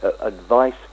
advice